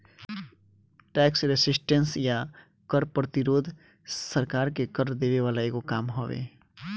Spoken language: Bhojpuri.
टैक्स रेसिस्टेंस या कर प्रतिरोध सरकार के कर देवे वाला एगो काम हवे